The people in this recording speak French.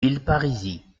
villeparisis